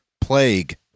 plague